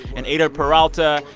and eyder peralta,